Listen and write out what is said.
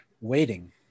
waiting